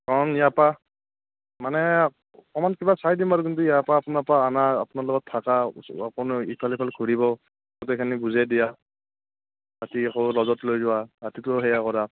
কম ইয়াৰ পৰা মানে অকণমান কিবা চাই দিম বাৰু কিন্তু ইয়াৰ পৰা আপোনাৰ পৰা অনা আপোনাৰ লগত থকা অকণো ইফাল সিফাল ঘূৰিব গোটেইখিনি বুজাই দিয়া ৰাতি আকৌ ল'জত লৈ যোৱা ৰাতিটো সেয়া কৰা